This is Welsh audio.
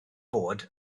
bod